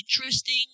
interesting